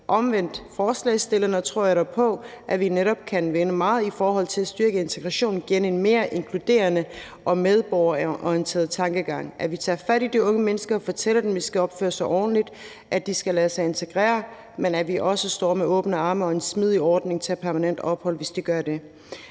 Modsat forslagsstillerne tror jeg dog på, at vi netop kan vinde meget i forhold til at styrke integrationen gennem en mere inkluderende og medborgerorienteret tankegang, hvor vi tager fat i de unge mennesker og fortæller dem, at de skal opføre sig ordentligt, og at de skal lade sig integrere, men at vi også står med åbne arme og en smidig ordning om permanent ophold, hvis de gør det.